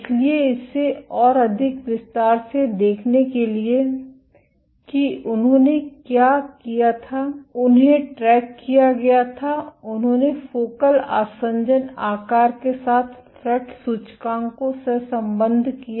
इसलिए इसे और अधिक विस्तार से देखने के लिए कि उन्होंने क्या किया था उन्हें ट्रैक किया गया था उन्होंने फोकल आसंजन आकार के साथ फ्रेट सूचकांक को सहसंबद्ध किया